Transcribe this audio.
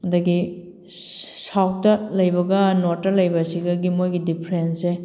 ꯑꯗꯒꯤ ꯁꯥꯎꯠꯇ ꯂꯩꯕꯒ ꯅꯣꯔꯠꯇ ꯂꯩꯕꯁꯤꯒꯒꯤ ꯃꯣꯏꯒꯤ ꯗꯤꯐ꯭ꯔꯦꯝꯁꯁꯦ